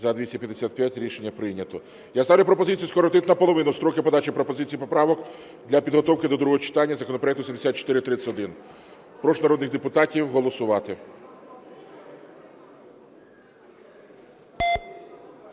За-255 Рішення прийнято. Я ставлю пропозицію скоротити наполовину строки подачі пропозицій і поправок для підготовки до другого читання законопроекту 7431. Прошу народних депутатів голосувати.